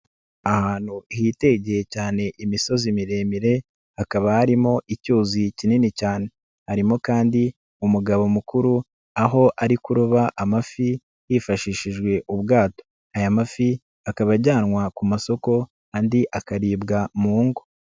Ahantu hitegeye cyane imisozi miremire hakaba harimo icyuzi kinini cyane, harimo kandi umugabo mukuru aho ari kuroba amafi hifashishijwe ubwato aya mafi akaba ajyanwa ku masoko andi akaribwa mu ngo.